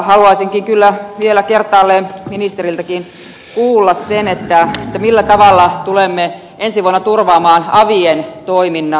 haluaisinkin kyllä vielä kertaalleen ministeriltäkin kuulla sen millä tavalla tulemme ensi vuonna turvaamaan avien toiminnan